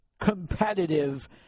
competitive